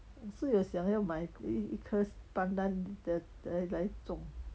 有是有想要买一颗 pandan da~ la~ 来种